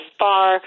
far